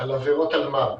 על עבירות אלמ"ב.